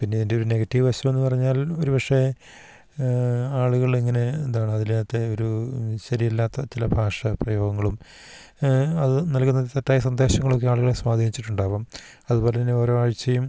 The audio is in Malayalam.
പിന്നെ ഇതിൻ്റെ ഒരു നെഗറ്റീവ് വശം എന്ന് പറഞ്ഞാൽ ഒരു പക്ഷേ ആളുകളിങ്ങനെ എന്താണ് അതിനകത്ത് ഒരു ശരിയല്ലാത്ത ചില ഭാഷാ പ്രയോഗങ്ങളും അത് നൽകുന്ന തെറ്റായ സന്ദേശങ്ങളൊക്കെ ആളുകുകളെ സ്വാധീനിച്ചിട്ടുണ്ടാവും അതുപോലെത്തന്നെ ഓരോ ആഴ്ചയും